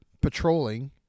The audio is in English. patrolling